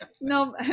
No